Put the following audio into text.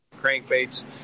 crankbaits